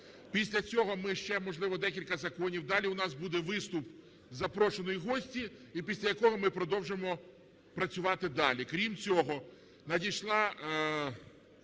Після цього ми ще, можливо, декілька законів, далі у нас буде виступ запрошеної гості, і після якого ми продовжимо працювати далі. Крім цього, надійшла